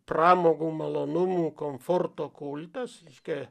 pramogų malonumų komforto kultas reiškia